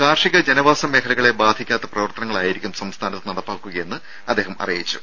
കാർഷിക ജനവാസ മേഖലകളെ ബാധിക്കാത്ത പ്രവർത്തനങ്ങളായിരിക്കും സംസ്ഥാനത്ത് നടപ്പാക്കുകയെന്ന് അദ്ദേഹം അറിയിച്ചു